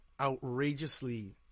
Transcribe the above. outrageously